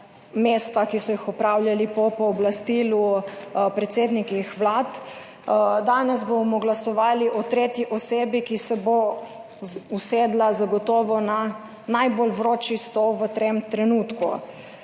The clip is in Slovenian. mesta, ki so jih opravljali po pooblastilu predsednikih vlad. Danes bomo glasovali o tretji osebi, ki se bo usedla zagotovo na najbolj vroči stol v tem trenutku,